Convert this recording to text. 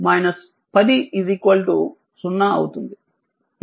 ఈ విషయం నన్ను చెప్పనివ్వండి